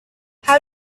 how